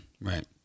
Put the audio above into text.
Right